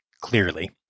Clearly